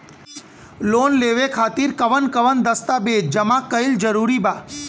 Loan लेवे खातिर कवन कवन दस्तावेज जमा कइल जरूरी बा?